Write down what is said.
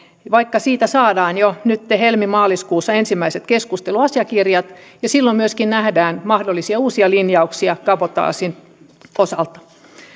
vaikka siitä saadaan jo nytten helmi maaliskuussa ensimmäiset keskusteluasiakirjat silloin myöskin nähdään mahdollisia uusia linjauksia kabotaasin osalta